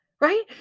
right